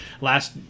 last